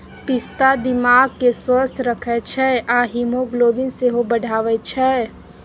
पिस्ता दिमाग केँ स्वस्थ रखै छै आ हीमोग्लोबिन सेहो बढ़ाबै छै